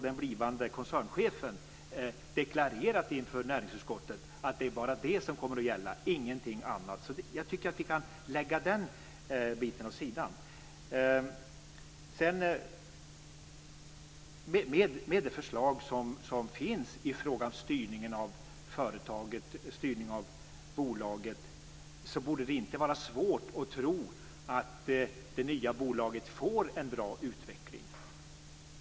Den blivande koncernchefen har ju också deklarerat inför näringsutskottet att det bara är det som kommer att gälla, ingenting annat, så jag tycker att vi kan lägga den biten åt sidan. Med det förslag som finns i fråga om styrning av bolaget borde det inte vara svårt att tro att det nya bolaget får en bra utveckling.